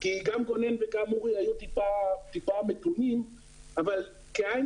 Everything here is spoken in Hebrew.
כי גם גונן וגם אורי היו טיפה מתונים אבל כאין